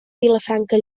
vilafranca